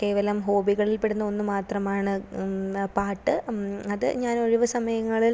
കേവലം ഹോബികളിൽ പെടുന്ന ഒന്നു മാത്രമാണ് പാട്ട് അതു ഞാൻ ഒഴിവ് സമയങ്ങളിൽ